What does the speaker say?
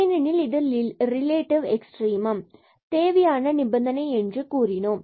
ஏனெனில் இது relative extreme தேவையான நிபந்தனை என்று கூறினோம்